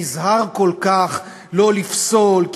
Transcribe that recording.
נזהר כל כך לא לפסול,